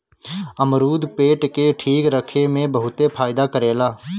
अमरुद पेट के ठीक रखे में बहुते फायदा करेला